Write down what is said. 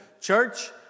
Church